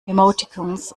emoticons